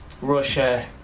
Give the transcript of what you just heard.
Russia